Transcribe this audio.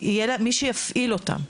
יהיה מי שיפעיל אותם,